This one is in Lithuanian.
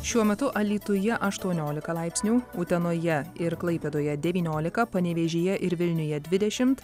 šiuo metu alytuje aštuoniolika laipsnių utenoje ir klaipėdoje devyniolika panevėžyje ir vilniuje dvidešimt